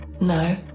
No